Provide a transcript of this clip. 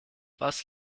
was